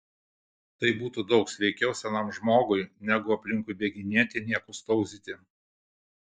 tai būtų daug sveikiau senam žmogui negu aplinkui bėginėti niekus tauzyti